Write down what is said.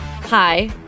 Hi